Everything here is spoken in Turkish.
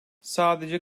sadece